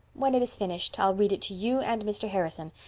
when it is finished i'll read it to you and mr. harrison,